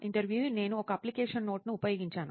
ఇంటర్వ్యూఈ నేను ఒక application note ను ఉపయోగించాను